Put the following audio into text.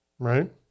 Right